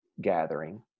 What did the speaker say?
gathering